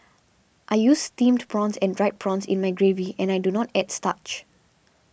I use Steamed Prawns and Dried Prawns in my gravy and I do not add starch